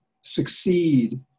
succeed